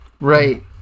right